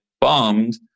bombed